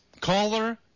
Caller